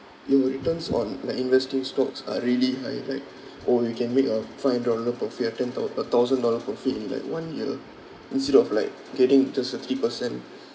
it will returns on like investing stocks are really high like orh you can make a five dollar profit or ten thou~ a thousand dollar profit in like one year instead of like getting just a three percent